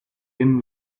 rim